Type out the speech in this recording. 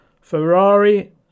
Ferrari